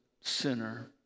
sinner